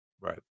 right